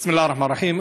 בסם אללה א-רחמאן א-רחים.